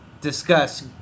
discuss